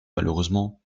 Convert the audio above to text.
malheureusement